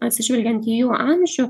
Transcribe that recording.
atsižvelgiant į jų amžių